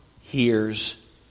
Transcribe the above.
hears